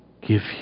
give